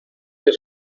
que